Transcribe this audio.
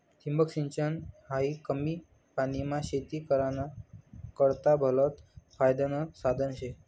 ठिबक सिंचन हायी कमी पानीमा शेती कराना करता भलतं फायदानं साधन शे